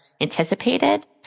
anticipated